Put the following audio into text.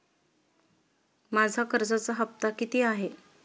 माझा कर्जाचा हफ्ता किती आहे?